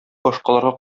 башкаларга